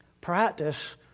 Practice